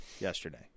yesterday